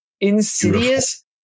insidious